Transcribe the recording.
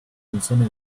canzone